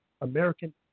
American